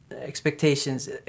expectations